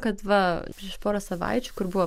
kad va prieš porą savaičių kur buvo